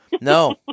No